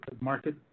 market